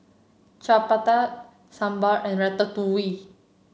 Chapati Sambar and Ratatouille